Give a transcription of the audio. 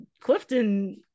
clifton